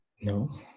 no